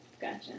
gotcha